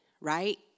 right